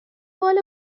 بال